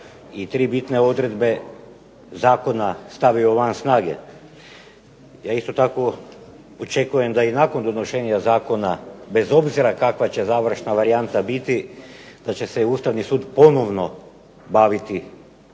i tri bitne odredbe zakona stavio van snage. Ja isto tako očekujemo da i nakon donošenja zakona bez obzira kakva će završna varijanta biti da će se Ustavni sud ponovno baviti